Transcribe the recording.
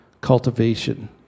cultivation